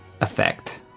effect